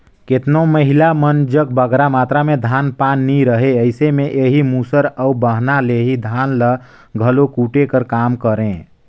केतनो महिला मन जग बगरा मातरा में धान पान नी रहें अइसे में एही मूसर अउ बहना ले ही धान ल घलो कूटे कर काम करें